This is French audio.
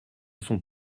son